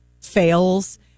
fails